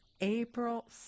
April